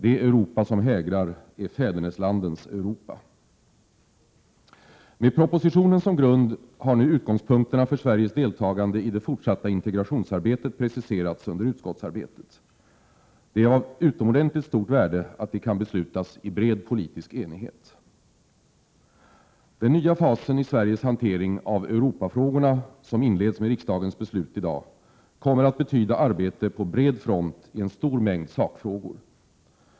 Det Europa som hägrar är Fäderneslandens Europa. Med propositionen som grund har nu utgångspunkterna för Sveriges deltagande i det fortsatta integrationsarbetet preciserats under utskottsarbetet. Det är av utomordentligt stort värde att de kan beslutas i bred politisk enighet. Den nya fas i Sveriges hantering av Europafrågorna som inleds med riksdagens beslut i dag kommer att betyda arbete på bred front i en stor mängd sakfrågor.